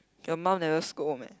your mum never scold meh